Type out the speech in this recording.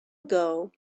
ago